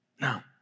Now